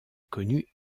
connu